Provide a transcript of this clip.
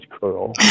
curl